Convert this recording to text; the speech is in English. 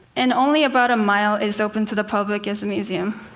and only about a mile is open to the public as a museum.